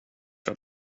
för